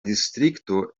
distrikto